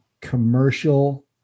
commercial